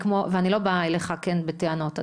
אני לא באה אליך בטענות, כן?